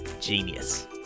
Genius